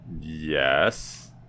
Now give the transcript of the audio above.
yes